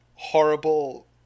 horrible